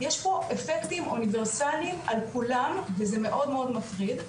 יש פה אפקטים אוניברסליים על כולם וזה מאוד מאוד מטריד.